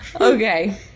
Okay